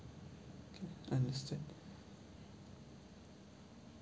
okay understand